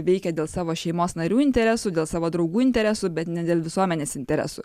veikia dėl savo šeimos narių interesų dėl savo draugų interesų bet ne dėl visuomenės interesų